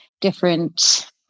different